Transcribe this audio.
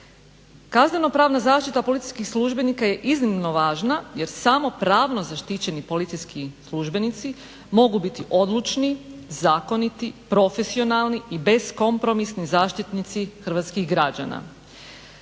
Kazneno-pravna zaštita policijskih službenika je iznimno važna jer samo pravno zaštićeni policijski službenici mogu biti odlučni, zakoniti, profesionalni i beskompromisni zaštitnici hrvatskih građana.